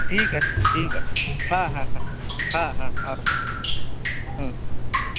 ঠিক আছে ঠিক আছে হ্যাঁ হ্যাঁ হ্যাঁ হ্যাঁ হ্যাঁ আসুন হুম